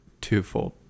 twofold